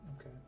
Okay